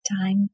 Time